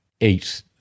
eight